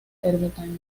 ermitaño